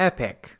Epic